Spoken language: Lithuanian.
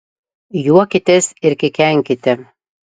juokitės ir kikenkite